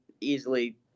easily